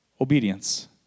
Obedience